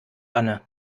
anne